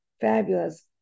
fabulous